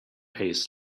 pays